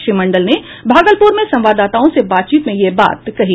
श्री मंडल ने भागलपुर में संवाददाताओं से बातचीत में यह बात कही